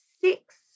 six